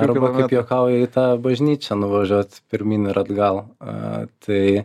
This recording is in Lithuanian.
arba kaip juokauja į tą bažnyčią nuvažiuot pirmyn ir atgal a tai